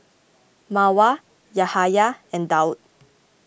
Mawar Yahaya and Daud